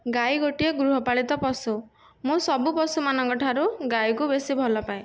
ଗାଈ ଗୋଟିଏ ଗୃହପାଳିତ ପଶୁ ମୁଁ ସବୁ ପଶୁମାନଙ୍କଠାରୁ ଗାଈକୁ ବେଶି ଭଲ ପାଏ